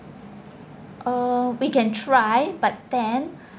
uh we can try but then